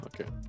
Okay